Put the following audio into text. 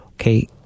Okay